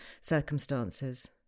circumstances